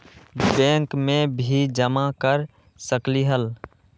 Bank में भी जमा कर सकलीहल?